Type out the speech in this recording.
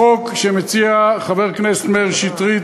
החוק שמציע חבר הכנסת מאיר שטרית,